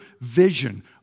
vision